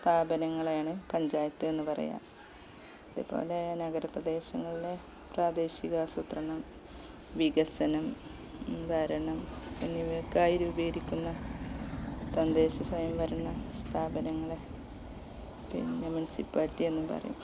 സ്ഥാപനങ്ങളെയാണ് പഞ്ചായത്ത് എന്ന് പറയുന്നത് അതുപോലെ നഗരപ്രദേശങ്ങളിലെ പ്രാദേശികാസൂത്രണം വികസനം ഭരണം എന്നിവയ്ക്കായി രൂപികരിക്കുന്ന തദ്ദേശ സ്വയംഭരണ സ്ഥാപനങ്ങളെ പിന്നെ മുനിസിപ്പാലിറ്റി എന്നും പറയും